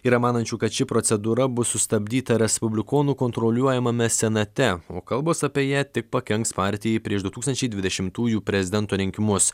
yra manančių kad ši procedūra bus sustabdyta respublikonų kontroliuojamame senate o kalbos apie ją tik pakenks partijai prieš du tūkstančiai dvidešimtųjų prezidento rinkimus